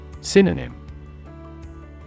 Synonym